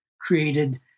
created